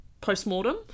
post-mortem